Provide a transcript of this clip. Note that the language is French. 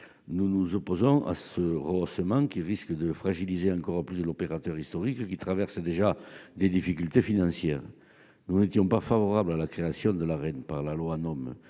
Nous nous opposons à ce rehaussement, car il risque de fragiliser encore plus l'opérateur historique, qui connaît déjà des difficultés financières. Nous n'étions déjà pas favorables à la création de l'Arenh, en